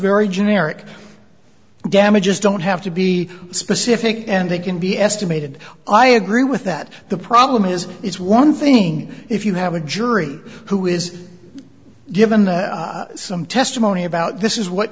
very generic damages don't have to be specific and they can be estimated i agree with that the problem is it's one thing if you have a jury who is given that some testimony about this is what